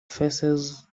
faces